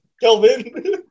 Kelvin